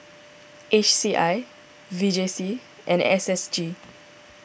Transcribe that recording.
H C I V J C and S S G